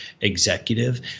executive